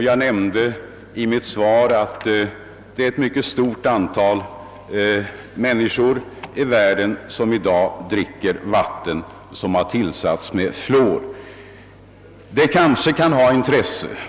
Jag nämnde i mitt svar att ett mycket stort antal människor i världen i dag dricker vatten som har tillsatts med fluor.